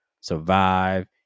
survive